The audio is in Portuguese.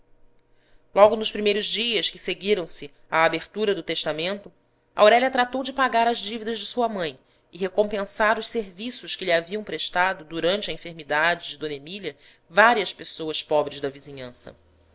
logo nos primeiros dias que seguiram-se à abertura do testamento aurélia tratou de pagar as dívidas de sua mãe e recompensar os serviços que lhe haviam prestado durante a enfermidade de d emília várias pessoas pobres da vizinhança